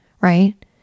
right